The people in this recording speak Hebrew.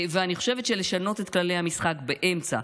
אני חושבת שלשנות את כללי המשחק באמצע,